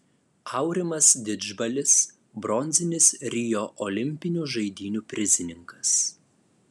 aurimas didžbalis bronzinis rio olimpinių žaidynių prizininkas